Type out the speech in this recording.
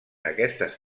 aquestes